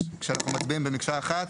כשאנחנו מצביעים במקשה אחת,